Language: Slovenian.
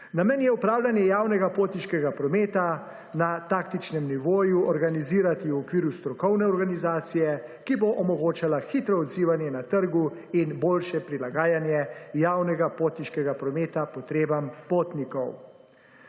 Namen je upravljanje javnega potniškega prometa na taktičnem nivoju organizirati v okviru strokovne organizacije, ki bo omogočala hitro odzivanje na trgu in boljše prilagajanje javnega potniškega prometa potrebam potnikov.